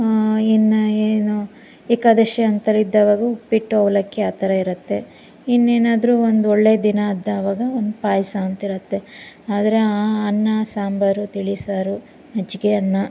ಇನ್ನು ಏನು ಏಕಾದಶಿ ಆಥರ ಇದ್ದವಾಗ ಉಪ್ಪಿಟ್ಟು ಅವಲಕ್ಕಿ ಆ ಥರ ಇರುತ್ತೆ ಇನ್ನೇನಾದರು ಒಂದು ಒಳ್ಳೆಯ ದಿನ ಆದಾವಾಗ ಒಂದು ಪಾಯಸ ಅಂತಿರುತ್ತೆ ಆದರೆ ಆ ಅನ್ನ ಸಾಂಬಾರು ತಿಳಿಸಾರು ಮಜ್ಜಿಗೆ ಅನ್ನ